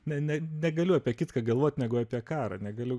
ne ne negaliu apie kitką galvot negu apie karą negaliu